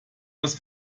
das